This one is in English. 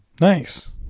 Nice